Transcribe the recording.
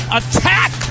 attack